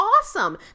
awesome